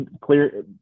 clear